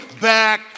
back